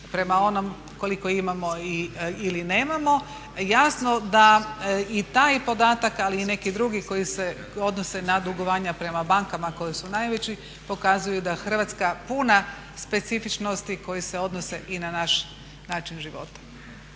prema onom koliko imamo ili nemamo. Jasno da i taj podatak ali i neki drugi koji se odnose na dugovanja prema bankama koje su najveći pokazuju da Hrvatska puna specifičnosti koje se odnose i na naš način života.